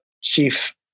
chief